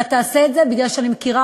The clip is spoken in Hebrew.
אתה תעשה את זה, אני מכירה